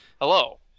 Hello